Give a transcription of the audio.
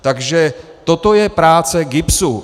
Takže toto je práce GIBSu.